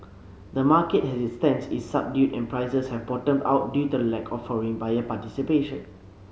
the market as it stands is subdued and prices have bottomed out due to the lack of foreign buyer participation